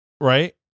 Right